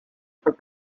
for